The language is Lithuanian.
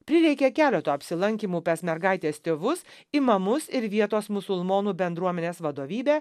prireikė keleto apsilankymų per mergaitės tėvus imamus ir vietos musulmonų bendruomenės vadovybę